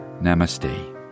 namaste